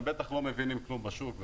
בטח הם לא מבינים כלום בשוק,